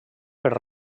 per